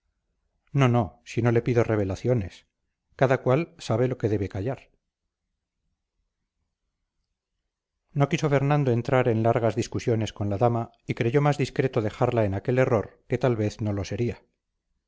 no no si no le pido revelaciones cada cual sabe lo que debe callar no quiso fernando entrar en largas discusiones con la dama y creyó más discreto dejarla en aquel error que tal vez no lo sería